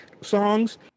songs